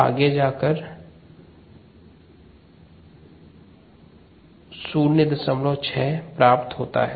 आगे 105 ln 2 06 प्राप्त होता है